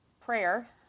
prayer